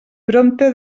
prompte